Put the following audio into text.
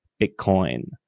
Bitcoin